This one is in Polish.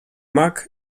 mak